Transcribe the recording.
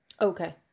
Okay